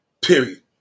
Period